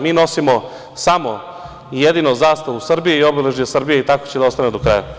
Mi nosimo samo i jedino zastavu Srbije i obeležje Srbije i tako će da ostane do kraja.